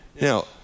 Now